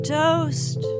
toast